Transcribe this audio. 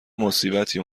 مصیبتی